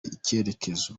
icyerekezo